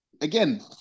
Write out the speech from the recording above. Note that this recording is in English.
Again